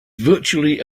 virtually